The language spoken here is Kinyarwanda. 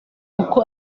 uko